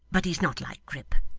but he's not like grip,